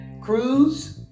cruise